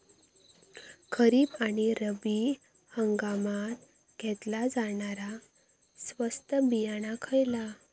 खरीप आणि रब्बी हंगामात घेतला जाणारा स्वस्त बियाणा खयला?